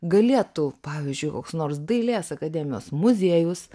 galėtų pavyzdžiui koks nors dailės akademijos muziejus